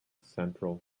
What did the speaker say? central